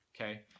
okay